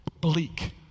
bleak